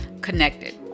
connected